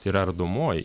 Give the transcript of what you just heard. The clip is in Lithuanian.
tai yra ardomoji